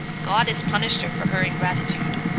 god has punished her for her ingratitude.